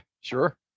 sure